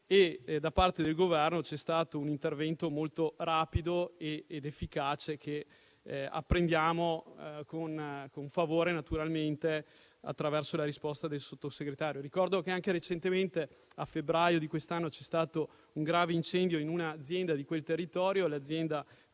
da parte del Governo c'è stato un intervento molto rapido ed efficace che apprendiamo con favore attraverso la risposta del Sottosegretario. Ricordo che anche recentemente, a febbraio di quest'anno, c'è stato un grave incendio in un'azienda di quel territorio (l'azienda